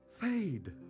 Fade